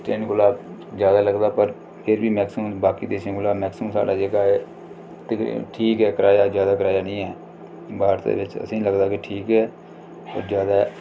train कोला ज्यादा लगदा पर फेर बी मैक्सिमम बाकी देशें कोला मैक्सिमम साढ़ा जेह्का ऐ तक ठीक ऐ कराया ज्यादा कराया नि ऐ बाह्र दे देशें असेंगी लगदा कि ठीक ऐ पर ज्यादा